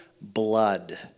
blood